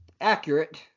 Accurate